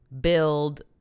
build